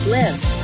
lives